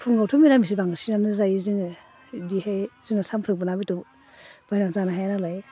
फुङावथ' मिरामिस बांसिनानो जायो जोङो इदिहाय जोङो सानफ्रोमबो ना बेदर बायनानै जानो हाया नालाय